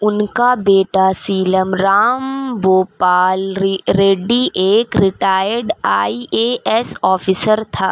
ان کا بیٹا سیلم رام بھوپال ریڈی ایک retired I A S officer تھا